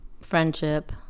Friendship